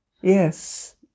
Yes